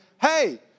hey